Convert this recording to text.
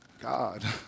God